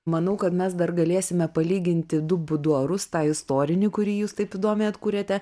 manau kad mes dar galėsime palyginti du buduarus tą istorinį kurį jūs taip įdomiai atkūrėte